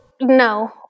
no